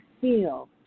feel